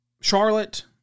Charlotte